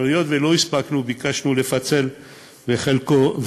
אבל היות שלא הספקנו ביקשנו לפצל אותו בחלקו,